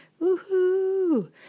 woohoo